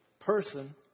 person